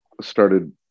started